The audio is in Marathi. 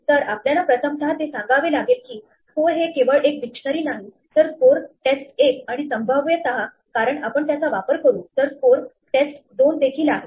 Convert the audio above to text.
तर आपल्याला प्रथमतः ते सांगावे लागेल की स्कोर हे केवळ एक डिक्शनरी नाही तर स्कोर टेस्ट 1 आणि संभाव्यत कारण आपण त्याचा वापर करू तर स्कोर टेस्ट 2 देखील आहे